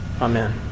Amen